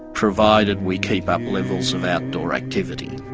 provided we keep up levels of outdoor activity.